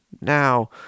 Now